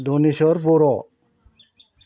Daneswar Bodo